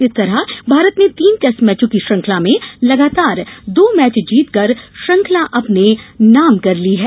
इस तरह भारत ने तीन टेस्ट मैचों की श्रंखला में लगातार दो मैच जीतकर श्रंखला अपने नाम कर ली है